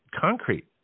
concrete